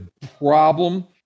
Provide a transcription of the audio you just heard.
problem